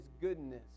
goodness